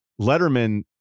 Letterman